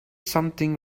something